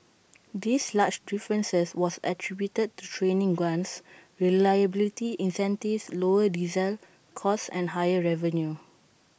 this large differences was attributed to training grants reliability incentives lower diesel costs and higher revenue